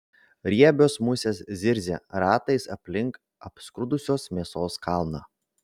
riebios musės zirzia ratais aplink apskrudusios mėsos kalną